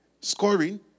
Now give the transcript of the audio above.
scoring